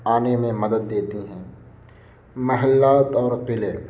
آنے میں مدد دیتی ہیں محلات اور قلعے